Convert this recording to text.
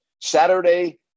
Saturday